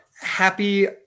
happy